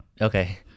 Okay